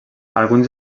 alguns